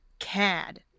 CAD